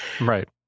Right